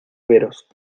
veros